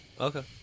Okay